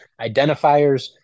identifiers